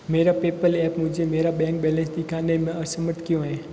मेरा PayPal app मुझे मेरा बैंक बैलेंस दिखाने में असमर्थ क्यों है